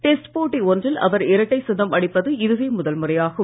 test போட்டி ஒன்றில் அவர் இரட்டை சதம் அடிப்பது இதுவே முதல் முறையாகும்